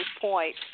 point